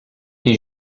qui